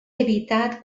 evitat